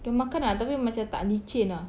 dia orang makan ah tapi macam tak licin ah